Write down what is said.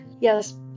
Yes